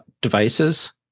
devices